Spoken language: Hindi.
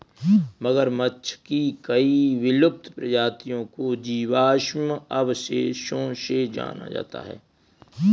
मगरमच्छ की कई विलुप्त प्रजातियों को जीवाश्म अवशेषों से जाना जाता है